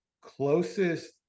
closest